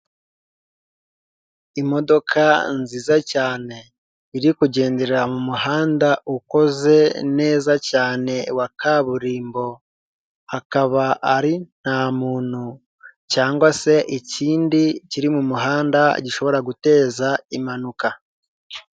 Imodoka nziza cyane iri kugendera mu muhanda ukoze neza cyane wa kaburimbo akaba ari nta muntu, cyangwa se ikindi kiri mu muhanda gishobora guteza impanuka.